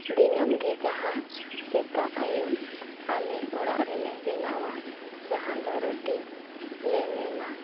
ᱫᱤᱱᱟᱹᱢ ᱜᱮ ᱡᱟᱦᱟᱸ ᱥᱮᱛᱟᱜ ᱟᱹᱭᱩᱵ ᱟᱞᱮ ᱚᱲᱟᱜ ᱨᱮᱞᱮ ᱵᱮᱱᱟᱣᱟ ᱡᱟᱦᱟᱸᱫᱚ ᱨᱩᱴᱤ ᱞᱮ ᱢᱮᱱᱟ